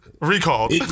Recalled